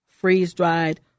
freeze-dried